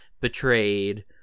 betrayed